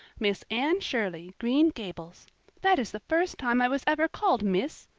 miss anne shirley, green gables that is the first time i was ever called miss.